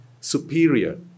superior